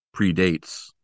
predates